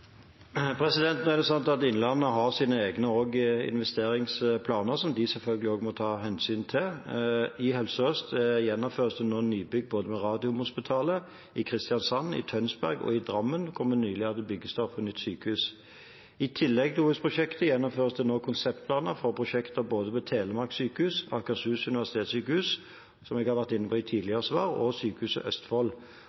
Nå er det slik at Innlandet har sine egne investeringsplaner, som de selvfølgelig også må ta hensyn til. I Helse Sør-Øst gjennomføres det nå nybygg ved Radiumhospitalet. I Kristiansand, i Tønsberg og i Drammen var det nylig byggestart for nytt sykehus. I tillegg til OUS-prosjektet gjennomføres det nå konseptplaner for prosjekter ved både Sykehuset Telemark, Akershus universitetssykehus, som jeg har vært inne på i